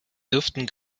dürften